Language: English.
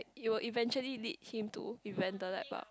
it will eventually lead him to invent the light bulb